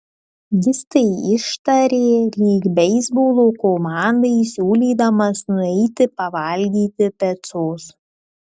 jis tai ištarė lyg beisbolo komandai siūlydamas nueiti pavalgyti picos